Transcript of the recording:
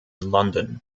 london